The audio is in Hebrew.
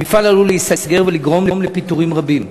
המפעל עלול להיסגר ולגרום לפיטורים של רבים.